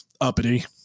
uppity